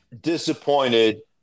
disappointed